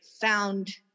found